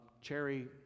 cherry